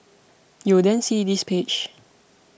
you'll then see this page